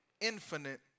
infinite